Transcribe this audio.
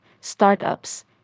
startups